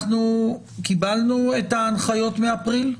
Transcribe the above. אנחנו קיבלנו את ההנחיות מאפריל.